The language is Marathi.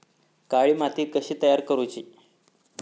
काळी माती कशी तयार करूची?